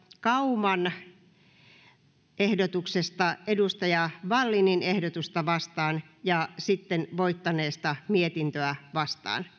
kauman ehdotuksesta veikko vallinin ehdotusta vastaan ja sitten voittaneesta mietintöä vastaan